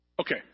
Okay